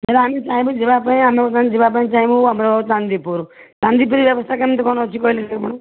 ଧର ଆମେ ଚାହିଁବୁ ଯିବା ପାଇଁ ଆମେ ବର୍ତ୍ତମାନ ଯିବା ପାଇଁ ଚାହିଁବୁ ଆମର ଚାନ୍ଦିପୁର ଚାନ୍ଦିପୁରର ବ୍ୟବସ୍ଥା କେମିତି କ'ଣ ଅଛି କହିଲେ ଟିକିଏ ଆପଣ